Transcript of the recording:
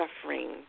suffering